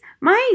mice